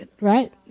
right